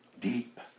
deep